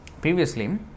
previously